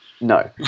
No